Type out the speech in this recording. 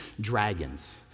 Dragons